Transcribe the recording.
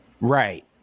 Right